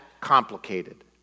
complicated